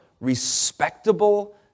respectable